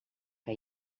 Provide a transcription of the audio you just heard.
que